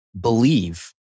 believe